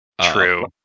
True